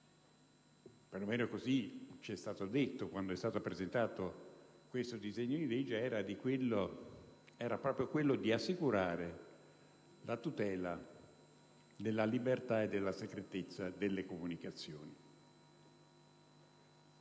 - almeno così ci è stato spiegato quando è stato presentato questo disegno di legge - era proprio di assicurare la tutela della libertà e della segretezza delle comunicazioni.